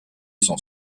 son